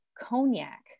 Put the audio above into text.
cognac